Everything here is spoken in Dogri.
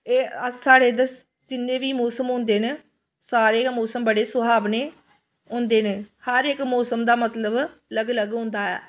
एह् साढ़े इद्धर जिन्ने बी मोसम होंदे न सारे गै मोसम बड़े सुहावने होंदे न हर इक मोसम दा मतलब अलग अलग होंदा ऐ